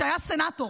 שהיה סנטור,